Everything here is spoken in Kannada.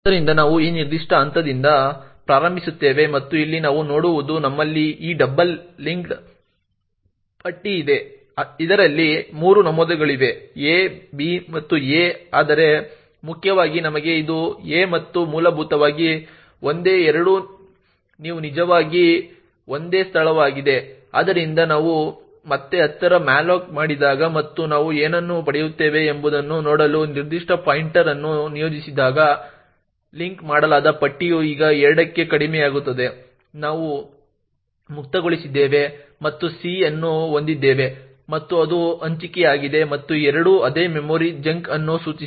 ಆದ್ದರಿಂದ ನಾವು ಈ ನಿರ್ದಿಷ್ಟ ಹಂತದಿಂದ ಪ್ರಾರಂಭಿಸುತ್ತೇವೆ ಮತ್ತು ಇಲ್ಲಿ ನಾವು ನೋಡುವುದು ನಮ್ಮಲ್ಲಿ ಈ ಡಬಲ್ ಲಿಂಕ್ಡ್ ಪಟ್ಟಿ ಇದೆ ಇದರಲ್ಲಿ 3 ನಮೂದುಗಳಿವೆ a b ಮತ್ತು a ಆದರೆ ಮುಖ್ಯವಾಗಿ ನಮಗೆ ಇದು a ಮತ್ತು ಮೂಲಭೂತವಾಗಿ ಒಂದೇ ಎರಡೂ ಅವು ನಿಜವಾಗಿ ಒಂದೇ ಸ್ಥಳವಾಗಿದೆ ಆದ್ದರಿಂದ ನಾವು ಮತ್ತೆ 10 ರ malloc ಮಾಡಿದಾಗ ಮತ್ತು ನಾವು ಏನನ್ನು ಪಡೆಯುತ್ತೇವೆ ಎಂಬುದನ್ನು ನೋಡಲು ನಿರ್ದಿಷ್ಟ ಪಾಯಿಂಟರ್ ಅನ್ನು ನಿಯೋಜಿಸಿದಾಗ ಲಿಂಕ್ ಮಾಡಲಾದ ಪಟ್ಟಿಯು ಈಗ 2 ಕ್ಕೆ ಕಡಿಮೆಯಾಗುತ್ತದೆ ಮತ್ತು ನಾವು ಮುಕ್ತಗೊಳಿಸಿದ್ದೇವೆ ಮತ್ತು c ಅನ್ನು ಹೊಂದಿದ್ದೇವೆ ಮತ್ತು ಅದು ಹಂಚಿಕೆಯಾಗಿದೆ ಮತ್ತು ಎರಡೂ ಅದೇ ಮೆಮೊರಿ ಚಂಕ್ ಅನ್ನು ಸೂಚಿಸಿ